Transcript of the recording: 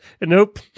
Nope